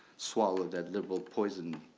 swallowed that liberal poison